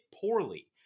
poorly